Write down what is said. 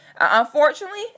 Unfortunately